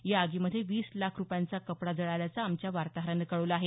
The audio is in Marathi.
या आगीमध्ये वीस लाख रुपयांचा कपडा जळाल्याचं आमच्या वार्ताहरानं कळवलं आहे